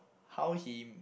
how he